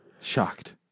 shocked